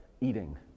eating